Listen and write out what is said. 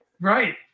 Right